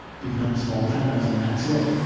become small tremors, and that's it.